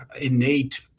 innate